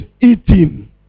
eating